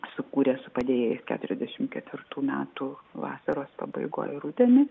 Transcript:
sukūrė su padėjėjais keturiasdešimt ketvirtų metų vasaros pabaigoj rudenį